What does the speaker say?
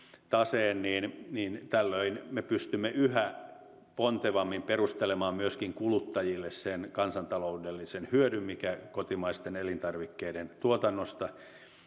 taseen niin niin tällöin me pystymme yhä pontevammin perustelemaan myöskin kuluttajille sen kansantaloudellisen hyödyn minkä kotimaisten elintarvikkeiden tuotannosta